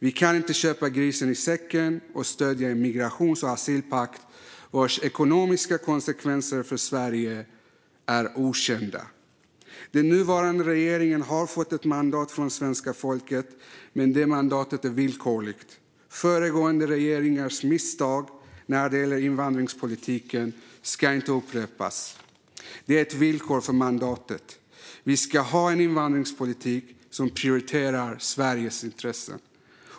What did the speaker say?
Vi kan inte köpa grisen i säcken och stödja en migrations och asylpakt vars ekonomiska konsekvenser för Sverige är okända. Den nuvarande regeringen har fått ett mandat från svenska folket, men mandatet är villkorat. Föregående regeringars misstag med invandringspolitiken ska inte upprepas. Det är ett villkor för mandatet. Vi ska ha en invandringspolitik som prioriterar Sveriges intressen.